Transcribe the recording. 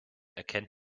erkennt